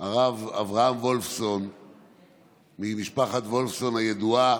הרב אברהם וולפסון ממשפחת וולפסון הידועה.